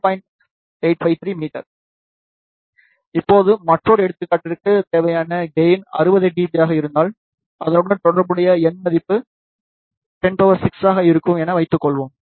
853 மீ இப்போது மற்றொரு எடுத்துக்காட்டுக்கு தேவையான கெயின் 60 dB யாக இருந்தால் அதனுடன் தொடர்புடைய எண் மதிப்பு 106 ஆக இருக்கும் என்று வைத்துக்கொள்வோம்